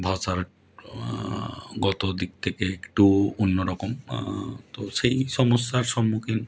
ভাষার গত দিক থেকে একটু অন্য রকম তো সেই সমস্যার সম্মুখীন